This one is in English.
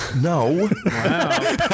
no